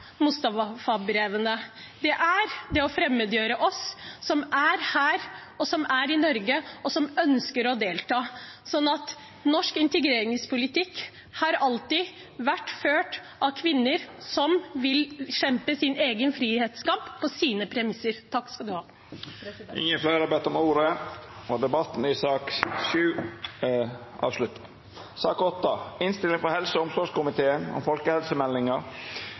er Mustafa-brevet. Det er å fremmedgjøre oss som er her, som er i Norge, og som ønsker å delta. Norsk integreringspolitikk har alltid vært ført av kvinner som vil kjempe sin egen frihetskamp på sine premisser. Fleire har ikkje bedt om ordet til sak nr. 7. Etter ønske frå helse- og omsorgskomiteen